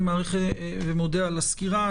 אני מעריך ומודה על הסקירה.